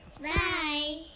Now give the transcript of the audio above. Bye